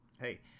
hey